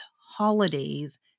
holidays